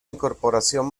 incorporación